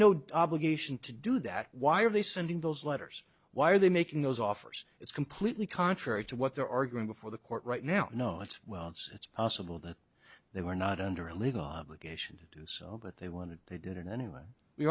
occasion to do that why are they sending those letters why are they making those offers it's completely contrary to what they're arguing before the court right now no it's well it's it's possible that they were not under a legal obligation to do so but they wanted they did it anyway